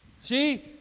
See